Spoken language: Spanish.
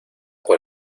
por